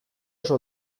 oso